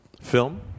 film